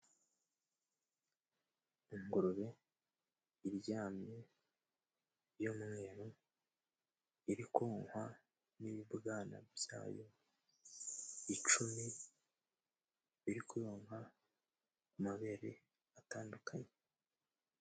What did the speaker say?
Ingurube iryamye ,y'umweru, irikonkwa n'ibibwana byayo icumi, biri konka amabere atandukanye.